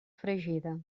fregida